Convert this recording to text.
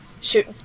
shoot